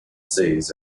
seas